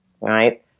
Right